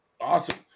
Awesome